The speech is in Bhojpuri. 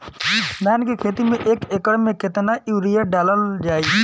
धान के खेती में एक एकड़ में केतना यूरिया डालल जाई?